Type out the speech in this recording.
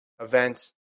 event